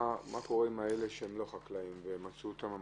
מה קורה עם אלה שלא חקלאים ומצאו אותם במחסום?